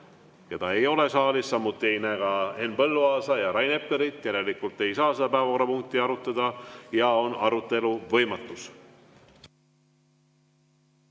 Ta ei ole saalis, samuti ei näe Henn Põlluaasa ega Rain Eplerit. Järelikult ei saa seda päevakorrapunkti arutada ja on arutelu võimatus.